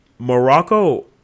Morocco